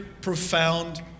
profound